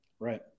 Right